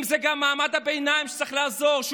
אם זה מעמד הביניים שצריך לעזור לו,